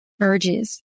urges